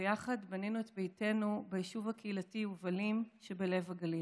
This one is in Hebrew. ויחד בנינו את ביתנו ביישוב הקהילתי יובלים שבלב הגליל.